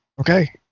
Okay